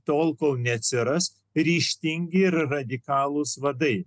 tol kol neatsiras ryžtingi ir radikalūs vadai